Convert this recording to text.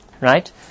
right